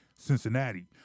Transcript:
Cincinnati